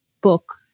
book